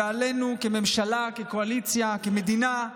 ועלינו כממשלה, כקואליציה, כמדינה,